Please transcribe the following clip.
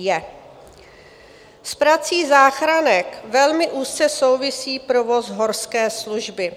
S prací záchranek velmi úzce souvisí provoz Horské služby.